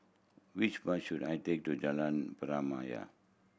which bus should I take to Jalan Pernama